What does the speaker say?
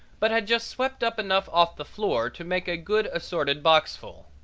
but had just swept up enough off the floor to make a good assorted boxful.